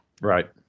Right